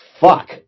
fuck